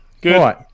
Good